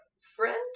friend